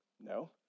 No